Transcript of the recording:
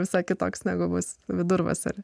visai kitoks negu bus vidurvasarį